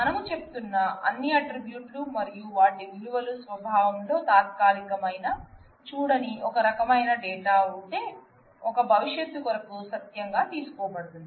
మనము చెప్తున్న అన్ని అట్రిబ్యూట్లు మరియు వాటి విలువలు స్వభావం లో తాత్కాలికమైన చూడని ఒక రకమైన డేటా ఉంటే ఒక ఆట్రిబ్యూట్ కు విలువను పెట్టినట్లయితే ఆ విలువ ఇప్పుడు మరియు గతం మరియు భవిష్యత్తు కొరకు సత్యంగా తీసుకోబడుతుంది